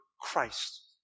Christ